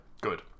Good